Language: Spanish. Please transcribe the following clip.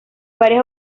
varias